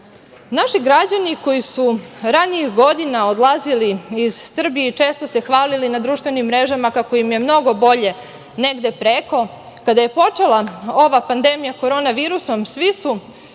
Sadu. Naši građani koji su ranijih godina odlazili iz Srbiji i često se hvalili na društvenim mrežama kako im je bolje negde preko kada je počela ove pandemija korona virusom svi su